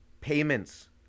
payments